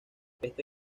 este